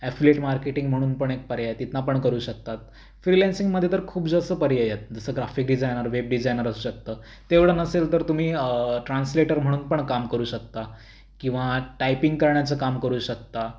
affiliate marketing म्हणून पण एक पर्याय आहे तिथून पण करू शकतात फ्रिलॅन्सींगमध्ये तर खूप जास्त पर्याय आहेत जसं ग्राफिक डिजायनर वेब डिजायनर असू शकतं तेवढं नसेल तर तुम्ही ट्रान्स्लेटर म्हणून पण काम करू शकता किंवा टायपिंग करण्याचं काम करू शकता